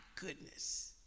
goodness